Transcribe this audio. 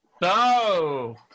No